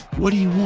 what do you want?